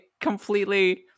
completely